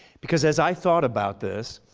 because as i thought about this,